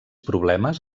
problemes